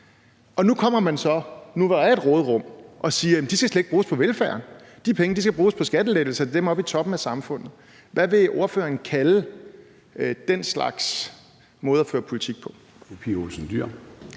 kommer man så og siger: Jamen de skal slet ikke bruges på velfærden; de penge skal bruges på skattelettelser til dem oppe i toppen af samfundet. Hvad vil ordføreren kalde den måde at føre politik på?